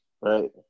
Right